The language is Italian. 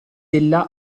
ella